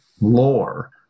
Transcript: lore